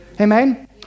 Amen